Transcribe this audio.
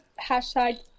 hashtag